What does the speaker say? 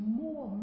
more